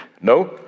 no